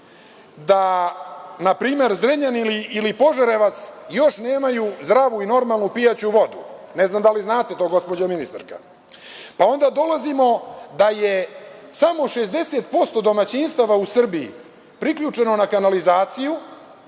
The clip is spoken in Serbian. da npr. Zrenjanin ili Požarevac još nemaju zdravu i normalnu pijaću vodu, ne znam da li znate to, gospođo ministarka. Onda dolazimo da je samo 60% domaćinstava u Srbiji priključeno na kanalizaciju,